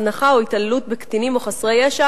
הזנחה או התעללות בקטינים או חסרי ישע